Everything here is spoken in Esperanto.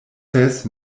ses